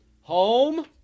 Home